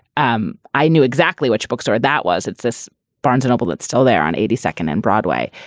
um i knew exactly which bookstore that was. it's this barnes noble that's still there on eighty second and broadway.